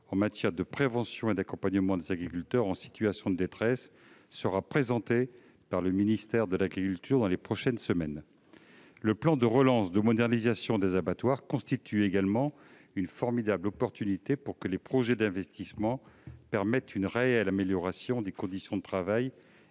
en matière de prévention et d'accompagnement des agriculteurs en situation de détresse sera présenté par le ministère de l'agriculture dans les prochaines semaines. Le plan de modernisation des abattoirs constitue également une formidable chance pour que les projets d'investissements améliorent réellement les conditions de travail